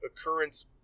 occurrence